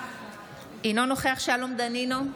אינו נוכח שלום דנינו,